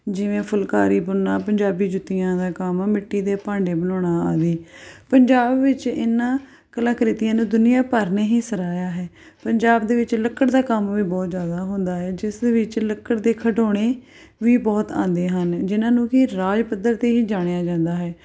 ਜਿਵੇਂ ਫੁਲਕਾਰੀ ਬੁਣਨਾ ਪੰਜਾਬੀ ਜੁੱਤੀਆਂ ਦਾ ਕੰਮ ਮਿੱਟੀ ਦੇ ਭਾਂਡੇ ਬਣਾਉਣਾ ਆਦਿ ਪੰਜਾਬ ਵਿੱਚ ਇਨ੍ਹਾਂ ਕਲਾ ਕ੍ਰਿਤੀਆਂ ਨੂੰ ਦੁਨੀਆਂ ਭਰ ਨੇ ਹੀ ਸਰਾਹਿਆ ਹੈ ਪੰਜਾਬ ਦੇ ਵਿੱਚ ਲੱਕੜ ਦਾ ਕੰਮ ਵੀ ਬਹੁਤ ਜ਼ਿਆਦਾ ਹੁੰਦਾ ਹੈ ਜਿਸ ਦੇ ਵਿੱਚ ਲੱਕੜ ਦੇ ਖਿਡੌਣੇ ਵੀ ਬਹੁਤ ਆਉਂਦੇ ਹਨ ਜਿਨ੍ਹਾਂ ਨੂੰ ਕਿ ਰਾਜ ਪੱਧਰ 'ਤੇ ਹੀ ਜਾਣਿਆ ਜਾਂਦਾ ਹੈ